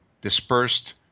dispersed